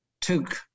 took